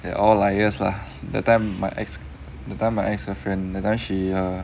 they're all liars lah that time my ex that time my ex-girlfriend that time she err